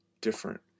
different